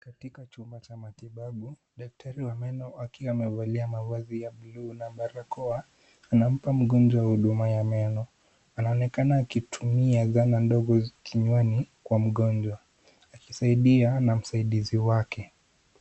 Katika chumba cha matibabu, daktari wa meno akiwa amevalia mavazi ya buluu na barakoa, anampa mgonjwa huduma ya meno. Anaonekana akitumia zana ndogo kinywani kwa mgonjwa akisaidia na msaidizi wake.